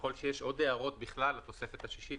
ככל שיש עוד הערות בכלל לתוספת השישית,